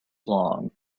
long